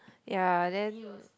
ya then